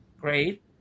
Great